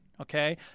okay